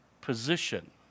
position